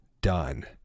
done